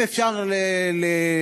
אם אפשר להבין,